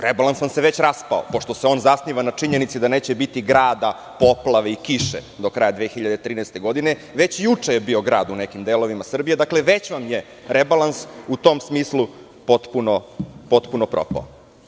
Rebalans vam se već raspao pošto se on zasniva na činjenici da neće biti grada, poplave i kiše do kraja 2013. godine, a već juče je bio grad u nekim delovima Srbije, dakle, već vam je rebalans u tom smislu potpuno propao.